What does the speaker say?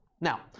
Now